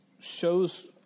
shows